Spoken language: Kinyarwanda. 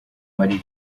marie